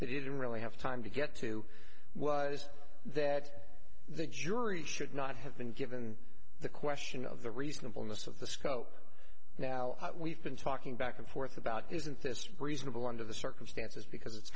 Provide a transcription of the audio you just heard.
he didn't really have time to get to was that the jury should not have been given the question of the reasonableness of the scope now that we've been talking back and forth about isn't this reasonable under the circumstances because it's